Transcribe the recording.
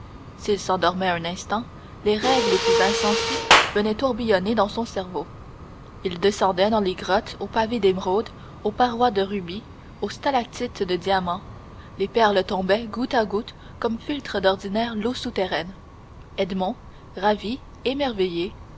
s'il s'endormait un instant les rêves le plus insensés venaient tourbillonner dans son cerveau il descendait dans les grottes aux pavés d'émeraudes aux parois de rubis aux stalactites de diamants les perles tombaient goutte à goutte comme filtre d'ordinaire l'eau souterraine edmond ravi émerveillé